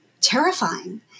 terrifying